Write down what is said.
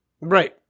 Right